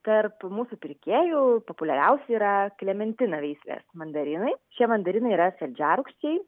tarp mūsų pirkėjų populiariausi yra klementina veislės mandarinai šie mandarinai yra saldžiarūgščiai